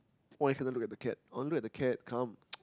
why you didn't look at the cat I want look at the cat come